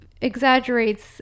exaggerates